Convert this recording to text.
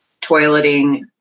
toileting